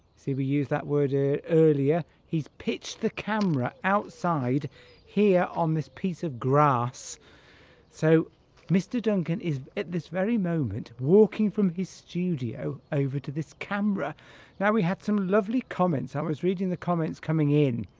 see we used that word ah earlier he's pitched the camera outside here on this piece of grass so mr. duncan is at this very moment walking from his studio over to this camera now we had some lovely comments i was reading the comments coming in